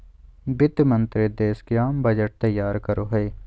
वित्त मंत्रि देश के आम बजट तैयार करो हइ